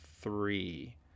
three